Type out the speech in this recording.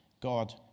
God